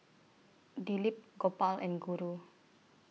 Dilip Gopal and Guru